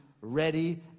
ready